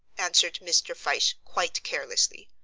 answered mr. fyshe quite carelessly.